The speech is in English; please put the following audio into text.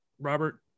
Robert